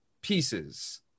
Pieces